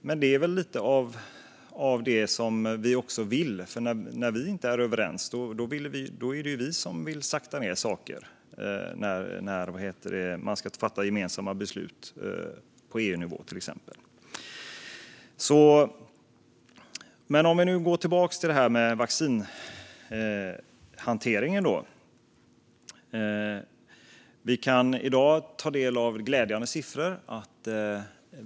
Men det är väl också lite det vi vill, för när man inte är överens är det ju vi som vill sakta ned saker - till exempel när man ska fatta gemensamma beslut på EU-nivå. Men låt oss gå tillbaka till detta med vaccinhanteringen. Vi kan i dag ta del av glädjande siffror.